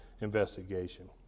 investigation